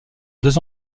deux